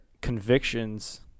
convictions